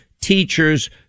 teachers